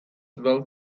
well